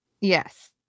yes